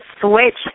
Switch